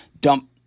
dump